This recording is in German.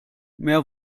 mehr